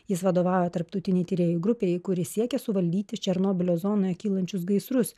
jis vadovauja tarptautinei tyrėjų grupei kuri siekia suvaldyti černobylio zonoje kylančius gaisrus